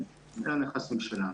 אלה הנכסים שלנו.